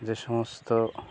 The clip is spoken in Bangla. যে সমস্ত